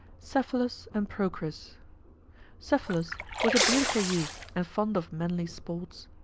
cephalus and procris cephalus was a beautiful youth and fond of manly sports.